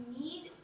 need